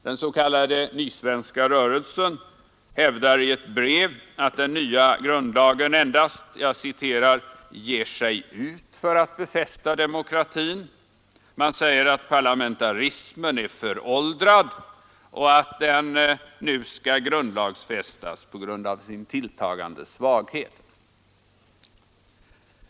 Den s.k. Nysvenska rörelsen hävdar i ett brev att den nya grundlagen endast ”ger sig ut för att befästa demokratin”. Man säger att parlamentarismen är ”föråldrad” och att den nu skall grundlagsfästas på grund av sin tilltagande svaghet.